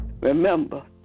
Remember